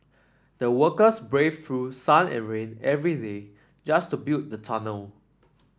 the workers braved through sun and rain every day just to build the tunnel